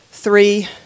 three